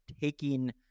taking